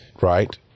right